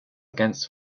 against